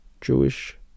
Jewish